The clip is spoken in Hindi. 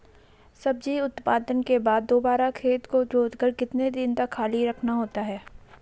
सब्जी उत्पादन के बाद दोबारा खेत को जोतकर कितने दिन खाली रखना होता है?